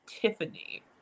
Tiffany